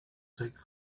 take